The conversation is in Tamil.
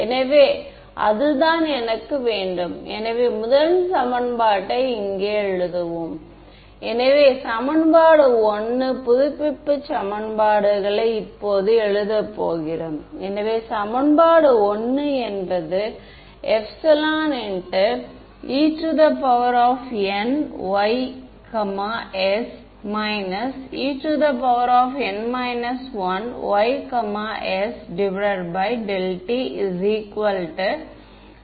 எனவே இதை நான் மீண்டும் எழுத முயற்சிக்கும் போது அதனால் இப்போது ∇×H யை என்னால் மீண்டும் எழுத முடிகின்றது